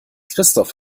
christoph